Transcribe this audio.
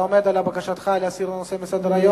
אתה עומד על בקשתך להסיר את הנושא מסדר-היום?